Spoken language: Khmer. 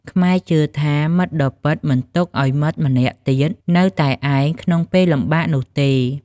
ខ្មែរជឿថា មិត្តដ៏ពិតមិនទុកឲ្យមិត្តម្នាក់ទៀតនៅតែឯងក្នុងពេលលំបាកនោះទេ។